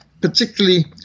particularly